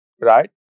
right